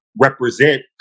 represent